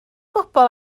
bobl